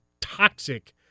toxic